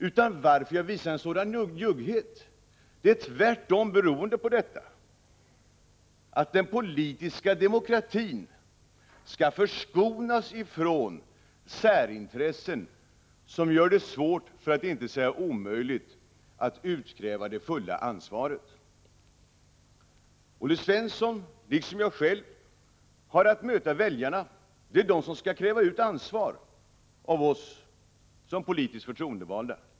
Att jag visar en sådan njugghet beror tvärtom på att den politiska demokratin skall förskonas från särintressen som gör det svårt för att inte säga omöjligt att utkräva det fulla ansvaret. Olle Svensson liksom jag själv har att möta väljarna, och det är de som skall utkräva ansvar av oss som politiskt förtroendevalda.